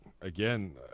again